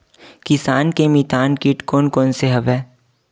किसान के मितान कीट कोन कोन से हवय?